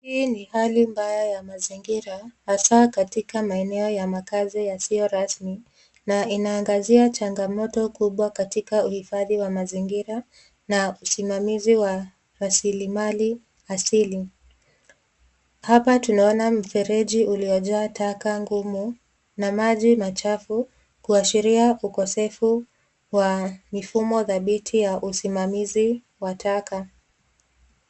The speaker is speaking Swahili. Hii ni hali mbaya ya mazingira hasa katika maeneo ya makazi isiyo rasmi na inaangazia changamoto kubwa katika uhifadhi wa mazingira na usimamizi wa rasilimali asili. Hapap tunaona mfereji uliojaa taka ngumu na maji machafu kuashiria ukosefu wa mifumo dhabiti ya usimamizi wa taka.